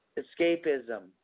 escapism